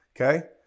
Okay